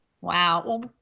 wow